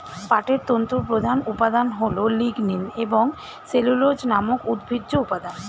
পাটের তন্তুর প্রধান উপাদান হল লিগনিন এবং সেলুলোজ নামক উদ্ভিজ্জ উপাদান